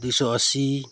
दुई सय असी